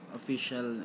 official